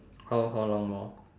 how how long more